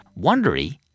Wondery